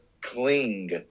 cling